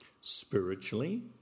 spiritually